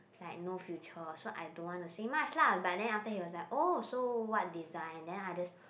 like no future so I don't want to say much lah but then after that he was like oh so what design then I just